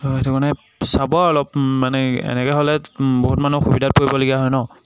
ত' সেইটো কাৰণে চাব আৰু অলপ মানে এনেকৈ হ'লে বহুত মানুহ অসুবিধাত পৰিবলগীয়া হয় ন